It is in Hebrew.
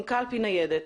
עם קלפי ניידת.